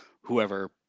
whoever